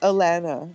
Alana